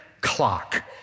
clock